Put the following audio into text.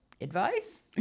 advice